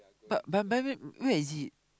but but by the way where is it